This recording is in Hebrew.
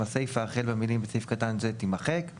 הסיפה החל במילים "בסעיף קטן זה -"- תימחק;